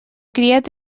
criat